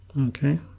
Okay